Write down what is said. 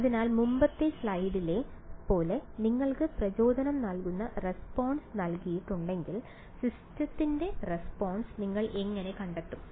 അതിനാൽ മുമ്പത്തെ സ്ലൈഡിലെ പോലെ നിങ്ങൾക്ക് പ്രചോദനം നൽകുന്ന റെസ്പോൺസ് നൽകിയിട്ടുണ്ടെങ്കിൽ സിസ്റ്റത്തിന്റെ റെസ്പോൺസ് നിങ്ങൾ എങ്ങനെ കണ്ടെത്തും